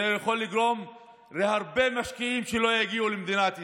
זה יכול לגרום להרבה משקיעים שלא יגיעו למדינת ישראל.